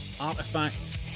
artifacts